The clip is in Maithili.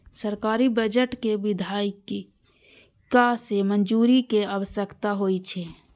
सरकारी बजट कें विधायिका सं मंजूरी के आवश्यकता होइ छै